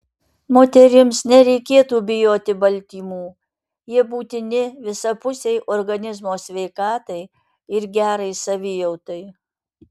moterims nereikėtų bijoti baltymų jie būtini visapusei organizmo sveikatai ir gerai savijautai